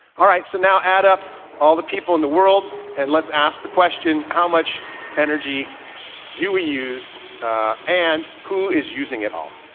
all right, so now add up all the people in the world and let's ask the question. how much energy do we use and who is using it all?